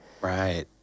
Right